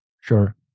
Sure